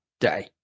day